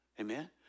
Amen